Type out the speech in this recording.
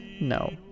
No